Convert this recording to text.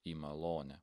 į malonę